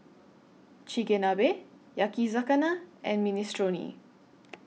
Chigenabe Yakizakana and Minestrone